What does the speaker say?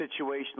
situational